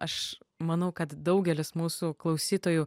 aš manau kad daugelis mūsų klausytojų